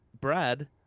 Brad